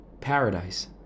paradise